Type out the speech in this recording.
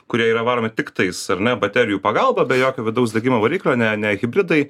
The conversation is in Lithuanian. kurie yra varomi tiktais ar ne baterijų pagalba be jokio vidaus degimo variklio ne ne hibridai